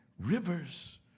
rivers